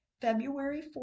February